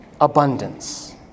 Abundance